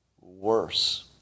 worse